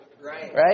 Right